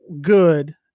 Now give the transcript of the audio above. good